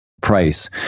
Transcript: price